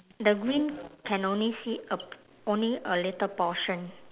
the green can only see a p~ only a little portion